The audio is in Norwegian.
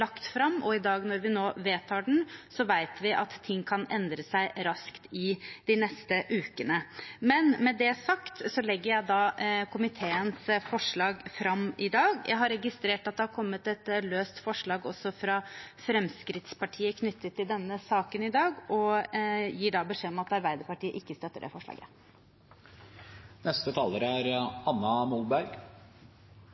lagt fram, og i dag når vi vedtar den, vet vi at ting kan endre seg raskt i de neste ukene. Med det sagt legger jeg fram komiteens innstilling i dag. Jeg har registrert at det har kommet et løst forslag fra Fremskrittspartiet til denne saken i dag, og gir da beskjed om at Arbeiderpartiet ikke støtter det forslaget.